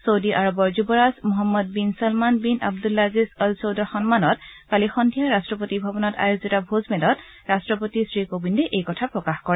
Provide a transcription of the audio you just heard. চৌদি আৰবৰ যুৱৰাজ Mohammed bin Salman bin Abdulaziz Al চৌদৰ সন্মানত কালি সন্ধিয়া ৰাট্টপতি ভৱনত আয়োজিত ভোজমেলত ৰট্টপতি শ্ৰী কোবিন্দে এই কথা প্ৰকাশ কৰে